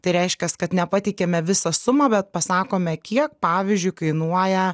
tai reiškias kad ne pateikiame visą sumą bet pasakome kiek pavyzdžiui kainuoja